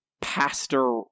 pastor